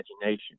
Imagination